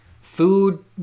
Food